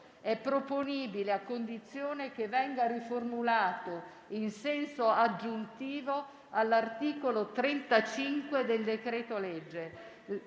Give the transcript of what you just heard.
è proponibile a condizione che venga riformulato in senso aggiuntivo all'articolo 35 del decreto-legge.